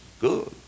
Good